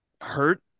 hurt